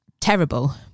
terrible